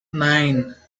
nine